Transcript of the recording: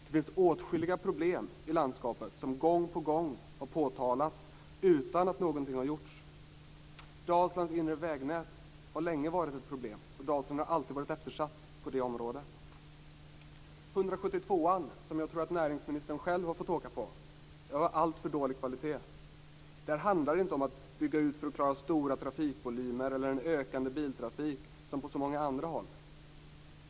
Det finns åtskilliga problem i landskapet som gång på gång har påtalats utan att någonting har gjorts. Dalslands inre vägnät har länge varit ett problem, och Dalsland har alltid varit eftersatt på det området. Väg 172, som jag tror att näringsministern själv har fått åka på, är av alltför dålig kvalitet. Där handlar det inte om att bygga ut för att klara stora trafikvolymer eller en ökande biltrafik som på så många andra håll.